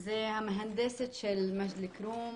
זו המהנדסת של מג'ל אל-כרום,